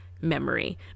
memory